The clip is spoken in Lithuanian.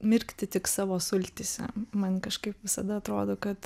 mirkti tik savo sultyse man kažkaip visada atrodo kad